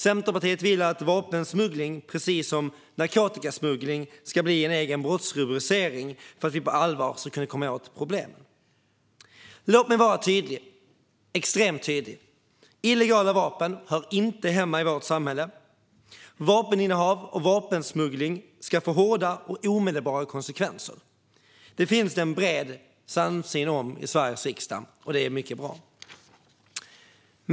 Centerpartiet vill att vapensmuggling - precis som narkotikasmuggling - ska bli en egen brottsrubricering för att vi på allvar ska kunna komma åt problemen. Låt mig vara extremt tydlig. Illegala vapen hör inte hemma i vårt samhälle. Vapeninnehav och vapensmuggling ska få hårda och omedelbara konsekvenser. Det finns det en bred samsyn om i Sveriges riksdag, och det är mycket bra.